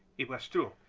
it was true.